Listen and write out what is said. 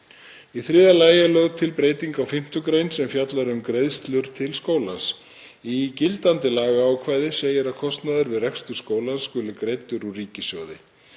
Í þriðja lagi er lögð til breyting á 5. gr. sem fjallar um greiðslur til skólans. Í gildandi lagaákvæði segir að kostnaður við rekstur skólans skuli greiddur úr ríkissjóði.